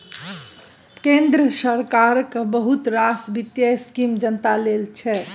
केंद्र सरकारक बहुत रास बित्तीय स्कीम जनता लेल छै